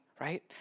right